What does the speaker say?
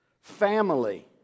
Family